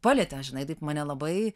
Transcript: palietė žinai taip mane labai